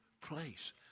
place